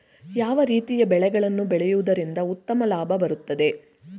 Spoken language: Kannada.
ಯಾವ ರೀತಿಯ ಬೆಳೆಗಳನ್ನು ಬೆಳೆಯುವುದರಿಂದ ಉತ್ತಮ ಲಾಭ ಬರುತ್ತದೆ?